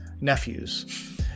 nephews